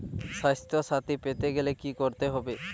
স্বাস্থসাথী পেতে গেলে কি করতে হবে?